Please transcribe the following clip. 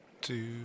two